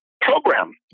program